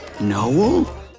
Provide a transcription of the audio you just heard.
Noel